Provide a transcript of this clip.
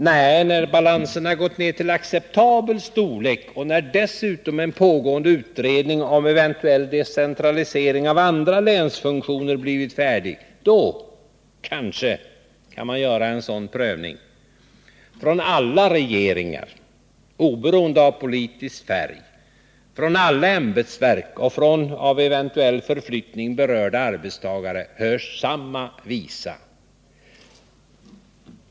Nej, när balanserna gått ned till acceptabel storlek och när dessutom en pågående utredning om eventuell decentralisering av andra länsfunktioner blivit färdig, då — kanske — kan man göra en sådan prövning. Från alla regeringar, oberoende av politisk färg, från alla ämbetsverk och från av eventuell förflyttning berörda arbetstagare hörs samma visa.